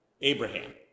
Abraham